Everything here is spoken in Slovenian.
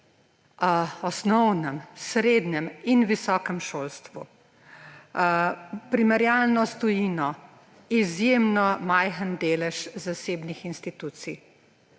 osnovnem, srednjem in visokem šolstvu, primerjalno s tujino, izjemno majhen delež zasebnih institucij.